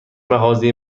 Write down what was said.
مغازه